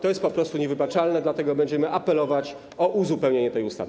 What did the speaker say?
To jest po prostu niewybaczalne, dlatego będziemy apelować o uzupełnienie tej ustawy.